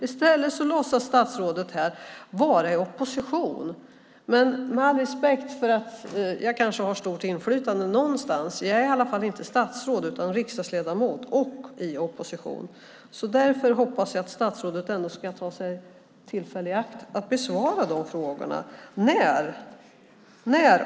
I stället låtsas statsrådet vara i opposition. Med all respekt för att jag kanske har stort inflytande någonstans, men jag är dock inte statsråd utan riksdagsledamot och i opposition. Jag hoppas att statsrådet nu ska ta tillfället i akt och svara på dessa frågor.